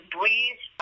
breathe